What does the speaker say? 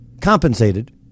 compensated